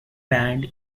band